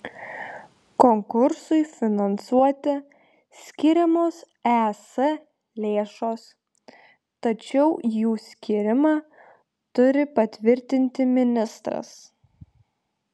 konkursui finansuoti skiriamos es lėšos tačiau jų skyrimą turi patvirtinti ministras